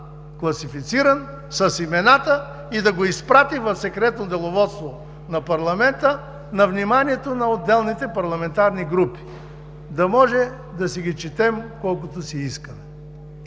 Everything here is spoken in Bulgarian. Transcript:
класифициран доклад с имената и да го изпрати в Секретно деловодство на парламента на вниманието на отделните парламентарни групи, да можем да си ги четем колкото си искаме.